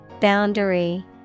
Boundary